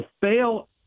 fail